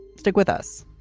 stick with us